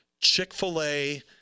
chick-fil-a